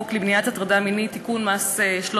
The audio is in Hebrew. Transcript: למניעת הטרדה מינית (תיקון מס' 13),